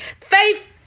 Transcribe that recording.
Faith